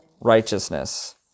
Righteousness